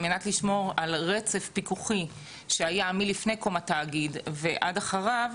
על מנת לשמור על רצף פיקוחי שהיה מלפני קום התאגיד ועד אחריו,